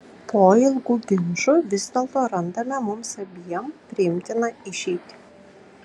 po ilgų ginčų vis dėlto randame mums abiem priimtiną išeitį